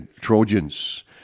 Trojans